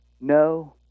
no